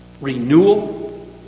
renewal